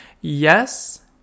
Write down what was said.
Yes